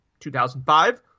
2005 –